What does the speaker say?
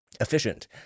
efficient